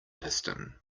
piston